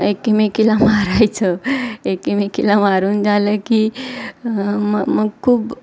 एकमेकीला मारायचं एकमेकीला मारून झालं की म मग खूप